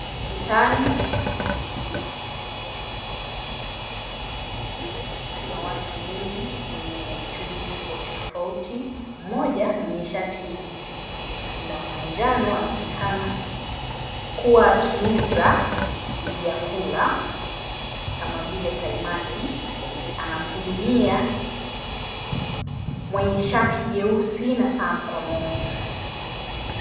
Mitaani kuna watu wengi wenye shughuli tofauti tofauti mmoja mwenye shati la manjano anaonekana ku𝑤a akiuza vyakula kama vile kaimati, anamhudumia mwenye shati jeusi na saa mkononi.